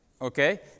okay